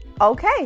Okay